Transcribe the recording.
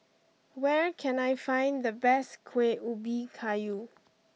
where can I find the best Kuih Ubi Kayu